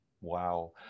wow